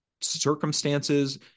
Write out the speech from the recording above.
circumstances